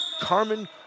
Carmen